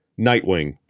Nightwing